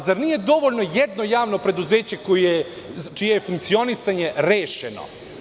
Zar nije dovoljno jedno javno preduzeće čije je funkcionisanje rešeno?